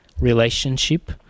relationship